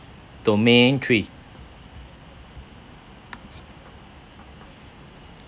domain three